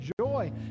joy